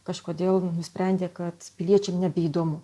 kažkodėl nusprendė kad piliečiam nebeįdomu